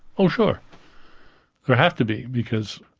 oh, sure. there have to be, because.